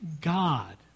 God